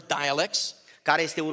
dialects